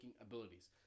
abilities